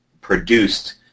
produced